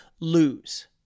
lose